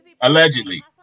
allegedly